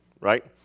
Right